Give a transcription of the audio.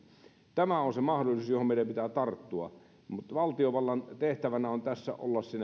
tämä on se mahdollisuus johon meidän pitää tarttua mutta valtiovallan tehtävänä on tässä olla